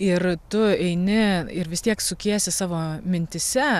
ir tu eini ir vis tiek sukiesi savo mintyse